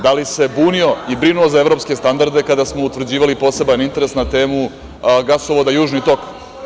Da li se bunio i brinuo za evropske standarde kada smo utvrđivali poseban interes na temu gasovoda "Južni tok"